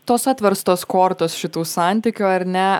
tos atverstos kortos šitų santykių ar ne